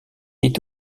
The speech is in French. est